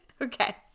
Okay